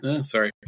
Sorry